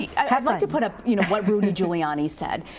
i would like to put up you know what rudy giluiani said.